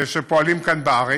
שפועלים כאן בארץ,